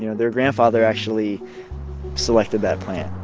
you know their grandfather actually selected that plant